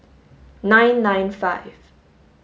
nine nine five